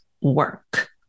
work